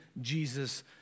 Jesus